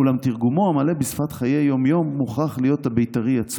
אולם 'תרגומו' המלא בשפת חיי יום-יום מוכרח להיות הבית"רי עצמו,